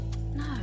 No